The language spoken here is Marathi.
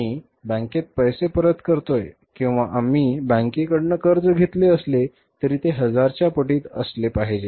आम्ही बँकेत पैसे परत करतोय किंवा आम्ही बँकेकडून कर्ज घेतले असेल तरी ते 1000 च्या पटीत असले पाहिजे